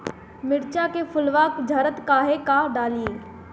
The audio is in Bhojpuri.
मिरचा के फुलवा झड़ता काहे का डाली?